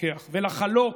להתווכח ולחלוק,